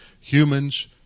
humans